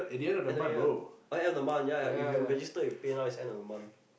end of year oh ya end of month if you register with PayNow is end of the month